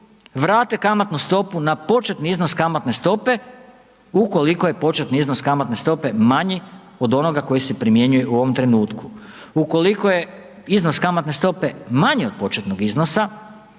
vrate kamatnu stopu na početni iznos kamatne stope ukoliko je početni iznos kamatne stope manji od onoga koji se primjenjuje u ovom trenutku. Ukoliko je iznos kamatne stope manji od početnog iznosa,